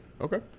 Okay